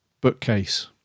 bookcase